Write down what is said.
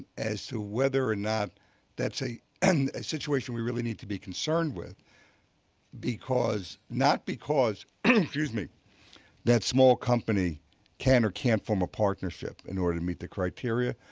as to whether or not that's a and a situation we really need to be concerned with because not because excuse me that small company can or can't form a partnership in order to meet the criteria,